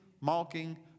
mocking